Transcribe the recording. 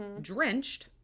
drenched